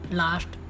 last